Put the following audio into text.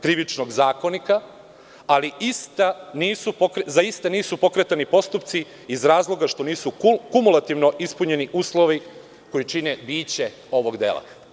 Krivičnog zakonika, ali za ista nisu pokretani postupci iz razloga što nisu kumulativno ispunjeni uslovi koji čine biće ovog dela.